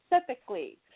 specifically